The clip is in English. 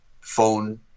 phone